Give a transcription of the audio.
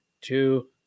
two